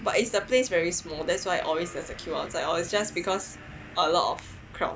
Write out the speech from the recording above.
but is the place very small that's why always there's a queue outside or is just because a lot of crowd